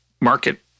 market